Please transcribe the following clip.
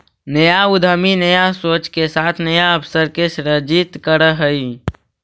नया उद्यमी नया सोच के साथ नया अवसर के सृजित करऽ हई